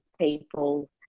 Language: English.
people